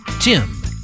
Tim